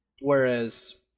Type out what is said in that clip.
Whereas